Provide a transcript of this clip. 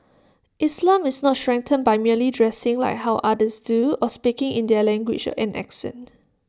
islam is not strengthened by merely dressing like how others do or speaking in their language and accent